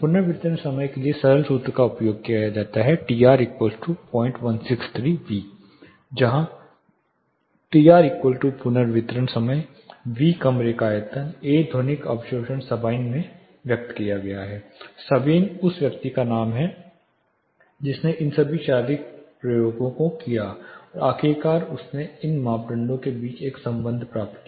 पुनर्वितरण समय के लिए सरल सूत्र का उपयोग यहां किया जाता है T r0163 V A Tr पुनर्वितरण समय V कमरे का आयतन A ध्वनिक अवशोषण सबाइन में व्यक्त किया गया है सबीन उस व्यक्ति का नाम है जिसने इन सभी शारीरिक प्रयोगों को किया और आखिरकार उसने इन मापदंडों के बीच एक संबंध प्राप्त किया